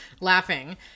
laughing